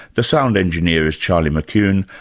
the sound engineer is charlie mckune,